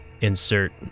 insert